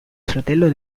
fratello